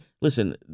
listen